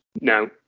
No